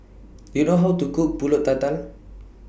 Do YOU know How to Cook Pulut Tatal